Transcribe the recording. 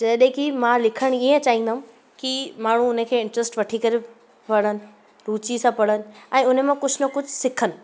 जहिड़े कि मां लिखणु ईअं चाहींदमि कि माण्हू उन खे इंट्रस्ट वठी करे वणनि रुचि सां पढ़नि ऐं उन मां कुझु न कुझु सिखनि